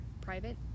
private